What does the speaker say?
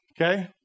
okay